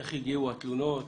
איך הגיעו התלונות,